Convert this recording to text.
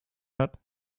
hat